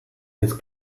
his